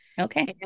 Okay